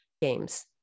games